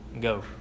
go